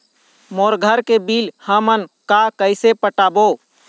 मोर घर के बिल हमन का कइसे पटाबो?